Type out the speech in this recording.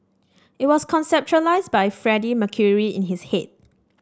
it was conceptualised by Freddie Mercury in his head